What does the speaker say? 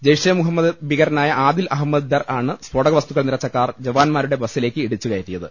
ജയ്ഷെ മുഹമ്മദ് ഭീകരനായ ആദിൽ അഹമ്മദ് ദർ ആണ് സ്ഫോടകവസ്തുക്കൾ നിറച്ച കാർ ജവാന്മാരുടെ ബസിലേക്ക് ഇടിച്ചുകയറ്റിയത്